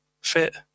fit